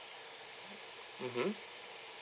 mmhmm